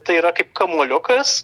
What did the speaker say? tai yra kaip kamuoliukas